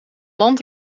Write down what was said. land